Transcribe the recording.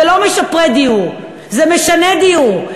זה לא משפרי דיור, זה משני דיור.